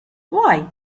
why